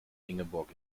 ingeborg